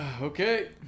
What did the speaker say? Okay